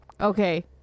Okay